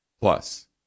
Plus